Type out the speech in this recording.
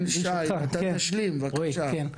ראשית,